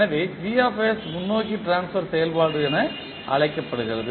எனவே முன்னோக்கி ட்ரான்ஸ்பர் செயல்பாடு என அழைக்கப்படுகிறது